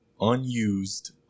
unused